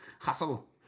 Hustle